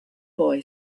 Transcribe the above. boy